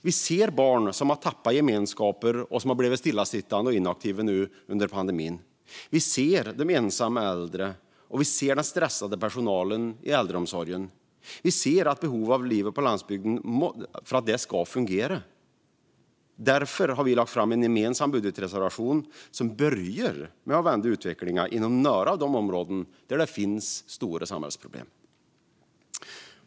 Vi ser barn som har tappat gemenskaper och blivit stillasittande och inaktiva under pandemin. Vi ser de ensamma äldre och den stressade personalen i äldreomsorgen. Vi ser behovet av att livet på landsbygden ska fungera. Det är därför vi har lagt fram en gemensam budgetreservation som börjar vända utvecklingen inom några av de områden där det finns stora samhällsproblem.